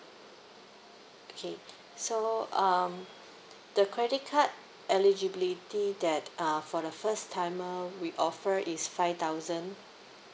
okay so um the credit card eligibility that uh for the first timer we offer is five thousand